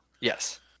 Yes